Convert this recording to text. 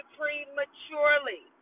prematurely